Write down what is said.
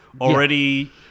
already